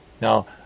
Now